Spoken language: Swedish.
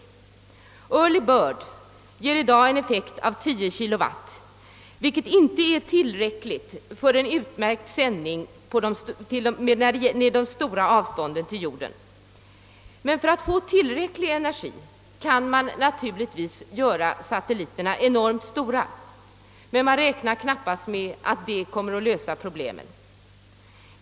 Early Bird ger i dag en effekt av 10 kW, vilket inte är tillräckligt för en utmärkt sändning med så stora avstånd till jorden. För att få tillräcklig energi kan man naturligtvis göra satelliterna enormt stora, men man räknar knappast med att detta kommer att lösa problemen.